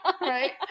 right